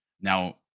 Now